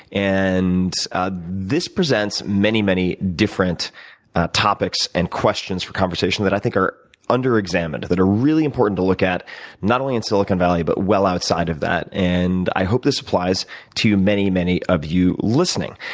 and this presents many, many different topics and questions for conversation that i think are under examined that are really important to look at not only in silicon valley, but well outside of that. and i hope this applies to many, many of you listening.